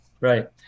Right